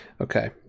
okay